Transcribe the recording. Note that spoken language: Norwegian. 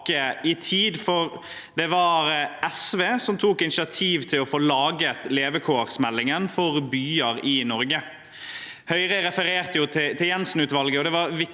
det var SV som tok initiativ til å få laget levekårsmeldingen for byer i Norge. Høyre refererte jo til Jenssen-utvalget.